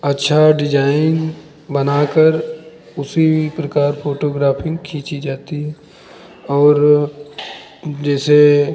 अच्छा डिजाइन बनाकर उसी प्रकार फ़ोटोग्राफ़ी खींची जाती है और जैसे